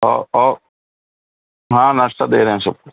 ہاں ناشتہ دے رہے ہیں سب کو